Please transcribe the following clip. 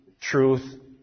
truth